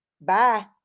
Bye